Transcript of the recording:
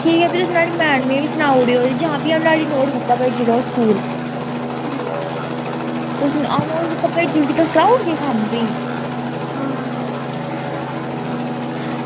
ठीक ऐ फ्ही तुस नुहाड़ी मैडमें गी बी सनाई ओड़ेओ जां फ्ही अं'ऊ नुहाड़ी नोटबुक उप्पर भेजी ओड़ङ स्कूल ठीक ऐ ते अं'ऊ नोट बुक्कां भेजगी ते तुस कराई ओड़गे कम्म फ्ही